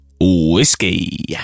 whiskey